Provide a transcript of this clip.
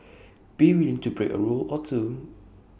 be willing to break A rule or two